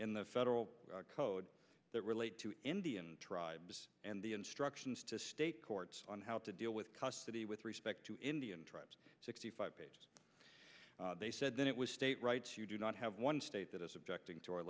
in the federal code that relate to indian tribes and the instructions to state courts on how to deal with custody with respect to indian tribes sixty five they said then it was state rights you do not have one state that is objecting to our